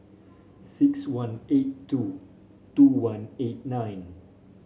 six one eight two two one eight nine